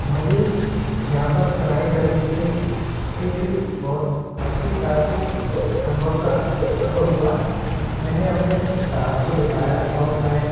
मुझे यहाँ पर चढ़ाई करने से एक बहुत अच्छी साहसिक अनुभव का अनुभव हुआ मैंने अपने साहस को जताया और मैं